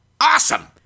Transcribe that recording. awesome